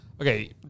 okay